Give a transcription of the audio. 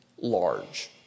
large